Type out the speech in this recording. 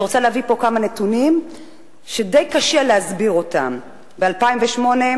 אני רוצה להביא פה כמה נתונים שדי קשה להסביר אותם: ב-2008,